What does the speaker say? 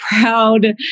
proud